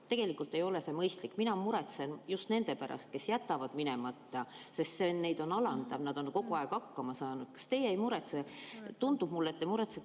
Tegelikult ei ole see mõistlik. Sina muretsen just nende pärast, kes jätavad minemata, sellepärast, et see on alandav, nad on siiani kogu aeg hakkama saanud. Kas teie ei muretse? Mulle tundub, et te muretsete